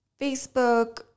facebook